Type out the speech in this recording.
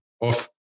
off-